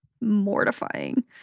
mortifying